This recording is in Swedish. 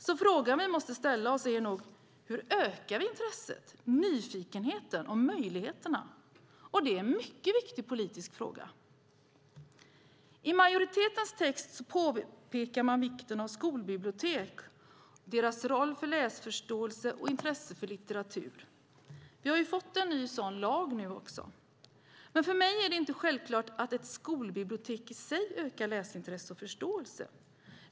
Den fråga vi måste ställa oss är nog hur vi ökar intresset, nyfikenheten och möjligheterna. Det är en mycket viktig politisk fråga. I majoritetens text påpekar man vikten av skolbibliotek samt deras roll för läsförståelse och för intresset för litteraturen. Vi har ju nu fått en ny sådan lag. Men för mig är det inte självklart att ett skolbibliotek i sig ökar läsintresset och förståelsen.